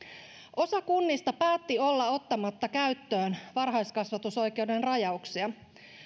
osa kunnista päätti olla ottamatta käyttöön varhaiskasvatusoikeuden rajauksia